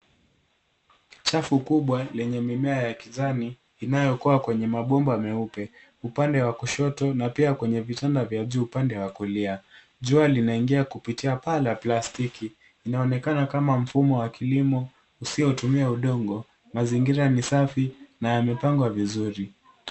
Chafu kubwa lenye mimea ya kijani inayokua kwenye mabomba meupe upande wa kushoto na pia kwenye vitanda vya juu upande wa kulia. Jua linaingia kupitia paa la plastiki inaonekana kama mfumo wa kilimo usiotumia udongo mazingira ni safi na yamepangwa vizuri.